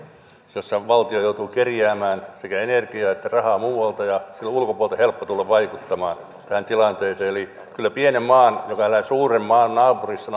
jossa valtio joutuu kerjäämään sekä energiaa että rahaa muualta ja silloin on ulkopuolelta helppo tulla vaikuttamaan tähän tilanteeseen eli kyllä pienen maan joka elää suuren maan naapurissa